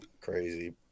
crazy